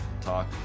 talk